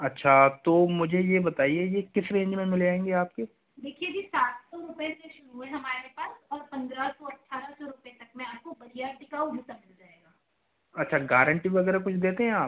अच्छा तो मुझे ये बताइए के किस रेंज में मिल जाएंगे आपके देखिए जी सात सौ रुपए से शुरू हैं हमारे पास और पंद्रह सौ अठरह सौ रुपए तक में आपको बढ़िया टिकाऊ जूता मिल जाएगा अच्छा गारंटी वगैरह कुछ देते हैं आप